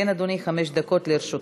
כן, אדוני, חמש דקות לרשותך.